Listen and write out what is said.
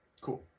Cool